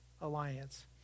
Alliance